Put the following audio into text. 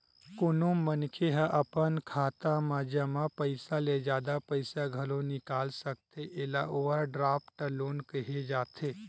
कोनो मनखे ह अपन खाता म जमा पइसा ले जादा पइसा घलो निकाल सकथे एला ओवरड्राफ्ट लोन केहे जाथे